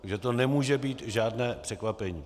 Takže to nemůže být žádné překvapení.